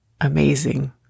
amazing